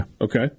Okay